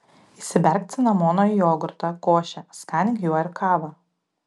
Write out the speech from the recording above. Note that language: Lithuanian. įsiberk cinamono į jogurtą košę skanink juo ir kavą